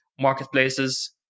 marketplaces